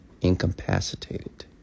incapacitated